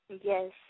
Yes